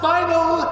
final